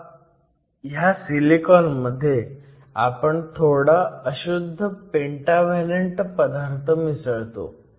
आता ह्या सिलिकॉन मध्ये आपण थोडा अशुद्ध पेंटाव्हॅलंट पदार्थ मिसळतो